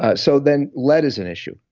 ah so then lead is an issue.